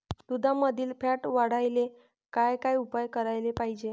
दुधामंदील फॅट वाढवायले काय काय उपाय करायले पाहिजे?